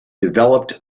developed